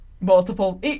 multiple